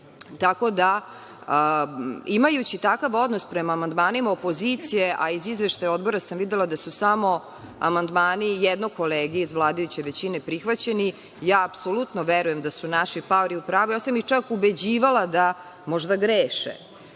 da imajući takav odnos prema amandmanima opozicije, a iz izveštaja Odbora sam videla da su samo amandmani jednog kolege iz vladajuće većine prihvaćeni, apsolutno verujem da su naši paori u pravu. Ubeđivala sam ih da možda greše,